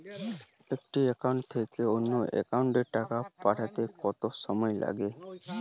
একটি একাউন্ট থেকে অন্য একাউন্টে টাকা পাঠাতে কত সময় লাগে?